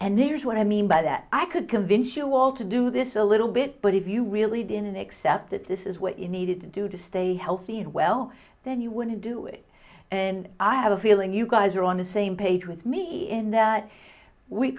and there is what i mean by that i could convince you all to do this a little bit but if you really didn't accept that this is what you needed to do to stay healthy and well then you want to do it and i have a feeling you guys are on the same page with me in that we